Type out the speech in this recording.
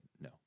no